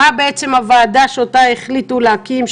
מה הוועדה אותה החליטו להקים,